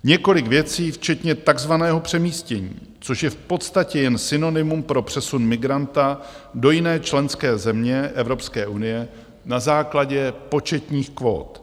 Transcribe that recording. Několik věcí včetně takzvaného přemístění, což je v podstatě jen synonymum pro přesun migranta do jiné členské země Evropské unie na základě početních kvót.